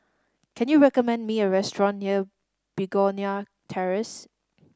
can you recommend me a restaurant near Begonia Terrace